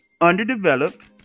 underdeveloped